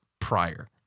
prior